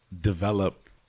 develop